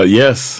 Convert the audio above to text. yes